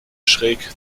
schräg